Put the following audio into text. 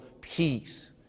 peace